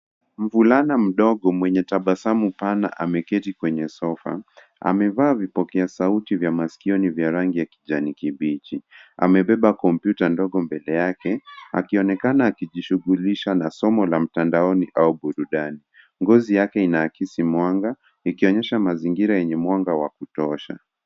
Mvulana mdogo mwenye tabasamu pana ameketi kwenye sofa. Amevaa vipokea saufi vya masikioni vya rangi ya kijani kibichi. Amebeba kompyuta ndogo mbele yake akionekana akijishughulisha na somo la mtanzaoni au burudani. Ngozi yake inaakisi mwanga, likionyesha mazingira yenye mwanga wa kutosha.